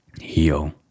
heal